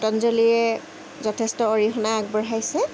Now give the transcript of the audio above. পটাঞ্জলীয়ে যথেষ্ট অৰিহণা আগবঢ়াইছে